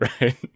right